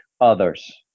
others